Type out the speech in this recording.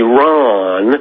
Iran